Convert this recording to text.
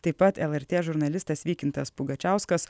taip pat lrt žurnalistas vykintas pugačiauskas